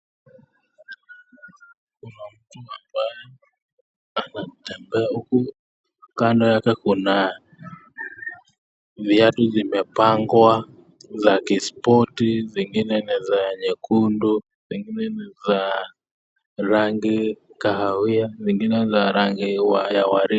Kuna mtu ambaye anatembea huku kando yake Kuna viatu imepangwa za kispoti zingine ni za nyekundu, zingine ni za rangi ya kaawia nyingine, ni za rangi ya waridi.